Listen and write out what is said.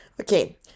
Okay